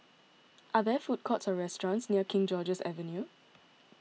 are there food courts or restaurants near King George's Avenue